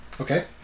Okay